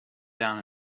down